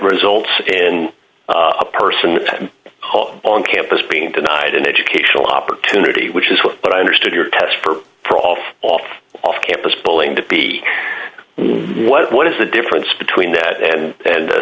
results in a person with them on campus being denied an educational opportunity which is what but i understood your test for prof off off campus bowling to be what what is the difference between that and and